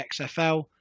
XFL